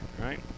right